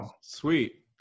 Sweet